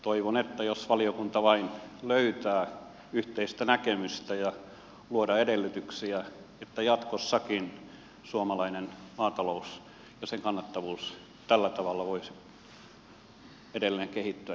toivon jos valiokunta vain löytää yhteistä näkemystä luoda edellytyksiä että jatkossakin suomalainen maatalous ja sen kannattavuus tällä tavalla voisi edelleen kehittää